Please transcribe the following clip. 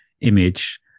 image